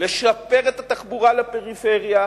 לשפר את התחבורה לפריפריה,